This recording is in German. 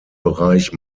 bereich